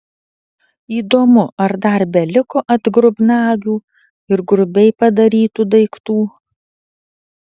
įdomu ar dar beliko atgrubnagių ir grubiai padarytų daiktų